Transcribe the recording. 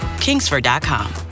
Kingsford.com